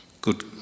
good